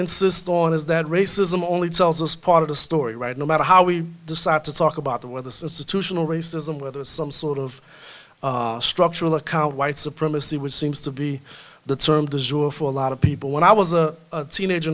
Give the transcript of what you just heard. insist on is that racism only tells us part of the story right no matter how we decide to talk about the weather situational racism whether it's some sort of structural account white supremacy which seems to be the term desire for a lot of people when i was a